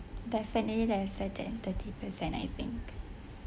definitely less than thirty percent I think